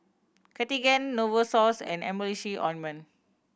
Cartigain Novosource and Emulsying Ointment